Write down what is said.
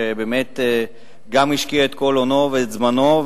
שבאמת גם השקיע את כל הונו וזמנו,